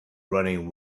running